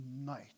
night